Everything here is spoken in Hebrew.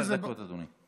עשר דקות, אדוני.